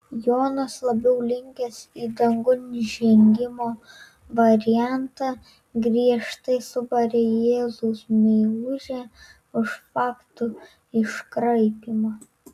jonas labiau linkęs į dangun žengimo variantą griežtai subarė jėzaus meilužę už faktų iškraipymą